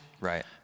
right